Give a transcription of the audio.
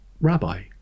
Rabbi